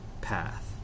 path